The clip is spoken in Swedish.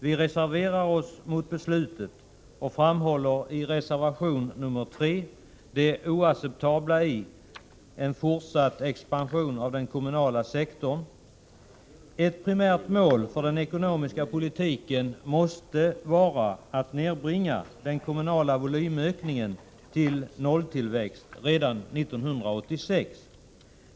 Vi reserverar oss mot utskottets ställningstagande och framhåller i reservation nr 3 det oacceptabla i en fortsatt expansion av den kommunala sektorn. Ett primärt mål för den ekonomiska politiken måste vara att nedbringa den kommunala volymökningen till s.k. nolltillväxt redan 1986.